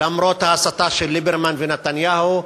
למרות ההסתה של ליברמן ונתניהו.